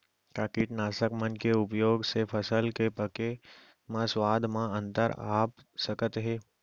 का कीटनाशक मन के उपयोग से फसल के पके म स्वाद म अंतर आप सकत हे?